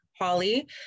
Holly